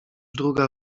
druga